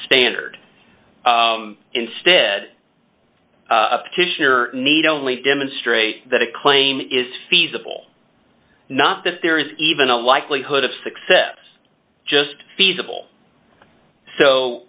standard instead of to need only demonstrate that a claim is feasible not that there is even a likelihood of success just feasible so